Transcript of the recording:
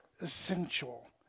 essential